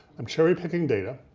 i'm cherry picking data.